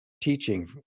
teaching